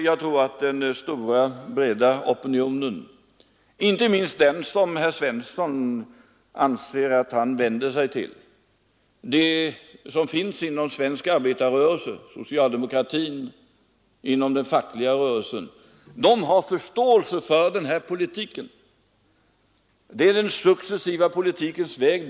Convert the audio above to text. Jag tror att den stora breda opinionen — inte minst den som herr Svensson i Malmö anser att han vänder sig till — opinionen inom svensk arbetarrörelse, inom socialdemokratin och den fackliga rörelsen, har förståelse för den här politiken. Det är den successiva politikens väg.